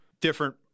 different